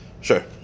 Sure